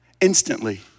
Instantly